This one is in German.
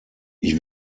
ich